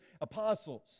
apostles